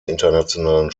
internationalen